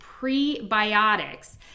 prebiotics